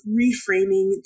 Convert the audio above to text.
reframing